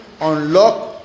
unlock